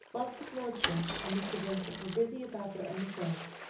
whilst his lordship and mr. vincent were busy about their own affairs,